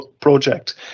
project